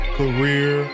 career